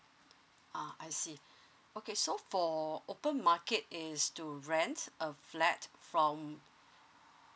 uh I see okay so for open market is to rent a flat from